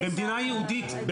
ומה התפיסה האידאולוגית שלך אומרת?